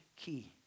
key